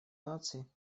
наций